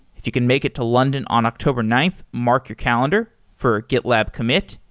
if you can make it to london on october nine, mark your calendar for a getlab commit.